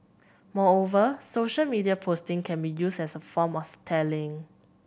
moreover social media posting can be used as a form of tallying